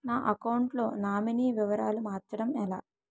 నా అకౌంట్ లో నామినీ వివరాలు మార్చటం ఎలా?